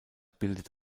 bildet